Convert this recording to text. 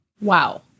Wow